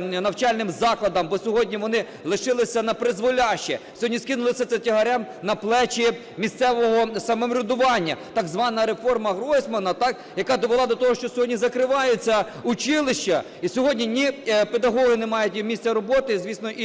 навчальним закладам. Бо сьогодні вони лишилися напризволяще, сьогодні скинули це тягарем на плечі місцевого самоврядування. Так звана реформа Гройсмана, яка довела до того, що сьогодні закриваються училища, і сьогодні ні педагоги не мають місця роботи, звісно, і